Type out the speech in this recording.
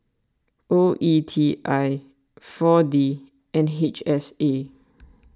O E T I four D and H S A